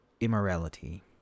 immorality